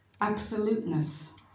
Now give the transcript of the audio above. absoluteness